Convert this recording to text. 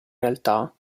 realtà